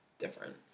different